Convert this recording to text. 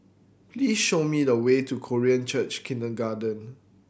please show me the way to Korean Church Kindergarten